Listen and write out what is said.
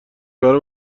برا